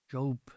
Job